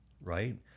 right